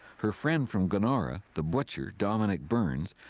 her friend from glenora, the butcher dominic burns,